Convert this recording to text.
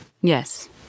Yes